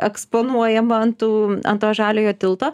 eksponuojama ant tų ant to žaliojo tilto